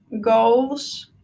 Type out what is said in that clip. goals